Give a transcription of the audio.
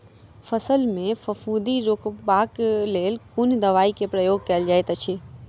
फसल मे फफूंदी रुकबाक लेल कुन दवाई केँ प्रयोग कैल जाइत अछि?